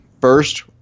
first